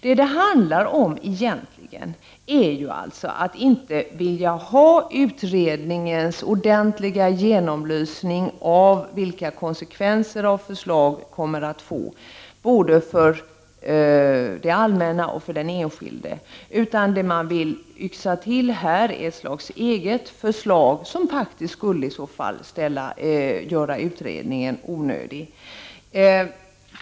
Det handlade således om att man egentligen inte vill ha utredningens ordentliga genomlysning av vilka konsekvenser ett förslag kommer att få för det allmänna och för den enskilde. Man vill i stället yxa till ett slags eget förslag, som skulle göra utredningen onödig.